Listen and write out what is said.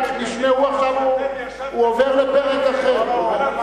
הראשונים שהתייצבו לטובתכם היו ציפי לבני וקדימה.